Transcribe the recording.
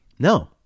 No